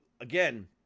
again